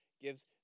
gives